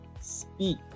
Speak